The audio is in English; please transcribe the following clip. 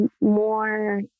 More